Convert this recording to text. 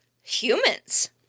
humans